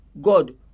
God